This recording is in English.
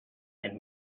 and